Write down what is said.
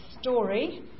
story